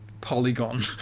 polygon